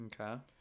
Okay